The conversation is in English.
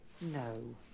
No